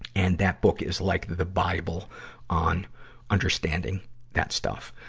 and that book is, like, the bible on understanding that stuff.